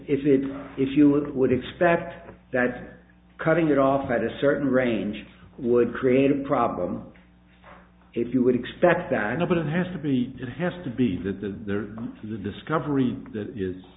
it if you would expect that cutting it off at a certain range would create a problem if you would expect that i know but it has to be it has to be that the there is a discovery